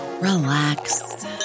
relax